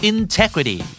Integrity